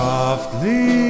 Softly